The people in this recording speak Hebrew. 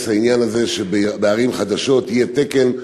העניין הזה שבערים חדשות יהיה תקן: